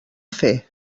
fer